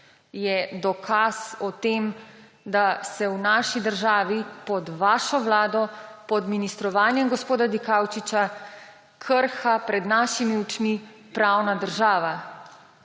Je dokaz o tem, da se v naši državi pod vašo vlado, pod ministrovanjem gospoda Dikaučiča krha pred našimi očmi pravna država